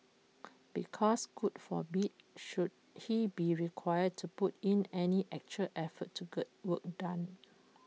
because God forbid should he be required to put in any actual effort to get work done